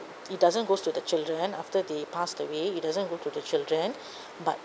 it doesn't goes to the children after they passed away it doesn't go to the children but